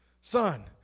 son